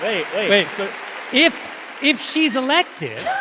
um wait if if she's elected.